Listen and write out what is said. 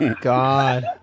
God